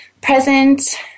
present